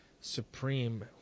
Supreme